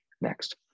Next